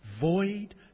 void